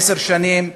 עשר שנים,